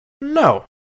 No